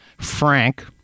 Frank